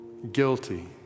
Guilty